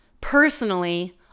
personally